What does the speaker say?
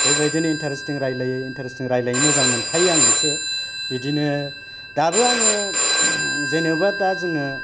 बे बायदिनो इन्टारेस्टिं रायलायो इन्टारेस्टिं रायलायनो मोजां मोनखायो आं इसे बिदिनो दाबो आङो जेनेबा दा जोङो